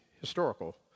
historical